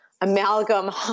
amalgam